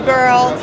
Girl